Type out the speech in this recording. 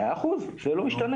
מאה אחוז, זה לא ישתנה.